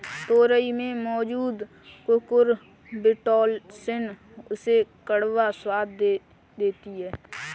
तोरई में मौजूद कुकुरबिटॉसिन उसे कड़वा स्वाद दे देती है